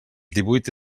divuit